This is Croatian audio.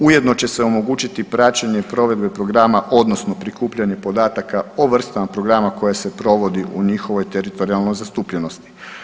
Ujedno će se omogućiti praćenje provedbe programa odnosno prikupljanje podataka o vrstama programa koje se provode u njihovoj teritorijalnoj zastupljenosti.